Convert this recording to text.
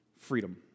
freedom